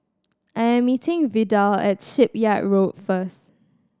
I'm meeting Vidal at Shipyard Road first